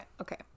Okay